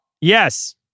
Yes